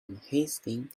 unhasting